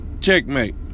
Checkmate